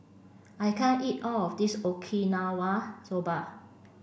I can't eat all of this Okinawa Soba